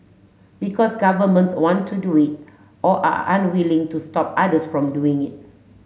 because governments want to do it or are unwilling to stop others from doing it